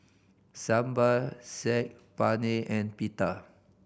Sambar Saag Paneer and Pita